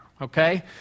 okay